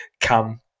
come